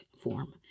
form